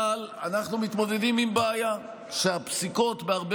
אנחנו מתמודדים עם הבעיה שהפסיקות בהרבה